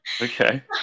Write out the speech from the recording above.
Okay